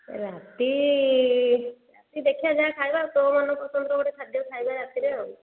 ରାତି ରାତି ଦେଖିବା ଯାହା ଖାଇବା ତୋ ମନ ପସନ୍ଦର ଗୋଟେ ଖାଦ୍ୟ ଖାଇବା ରାତିରେ ଆଉ